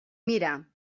mirar